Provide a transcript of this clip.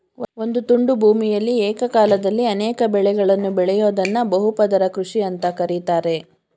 ಒಂದು ತುಂಡು ಭೂಮಿಯಲಿ ಏಕಕಾಲದಲ್ಲಿ ಅನೇಕ ಬೆಳೆಗಳನ್ನು ಬೆಳಿಯೋದ್ದನ್ನ ಬಹು ಪದರ ಕೃಷಿ ಅಂತ ಕರೀತಾರೆ